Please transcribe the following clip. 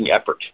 effort